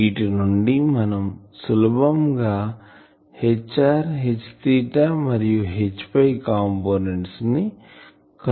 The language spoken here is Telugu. వీటి నుండి మనం సులభం గా Hr Hθ మరియు Hϕ కాంపోనెంట్స్ ను కనుక్కోవచ్చు